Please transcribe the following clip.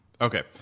Okay